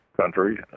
country